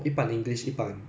ya